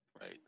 right